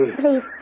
Please